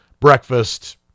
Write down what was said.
breakfast